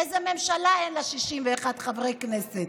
איזו ממשלה אין לה 61 חברי כנסת?